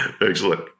Excellent